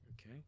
Okay